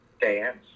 dance